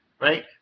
right